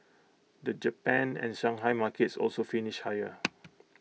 the Japan and Shanghai markets also finished higher